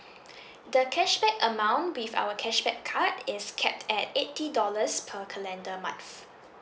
the cashback amount with our cashback card is cap at eighty dollars per calendar month